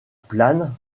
plane